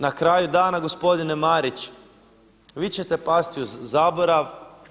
Na kraju dana, gospodine Marić, vi ćete pasti u zaborav.